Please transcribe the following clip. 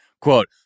Quote